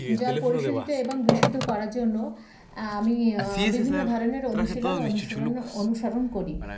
জল পরিশোধিত এবং বিশুদ্ধ করার জন্য আমি বিভিন্ন ধরনের অনুশীলন অনুসরণ অনুসরণ করি